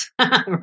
right